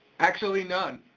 actually, none.